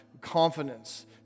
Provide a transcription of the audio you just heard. confidence